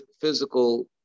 physical